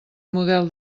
model